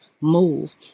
move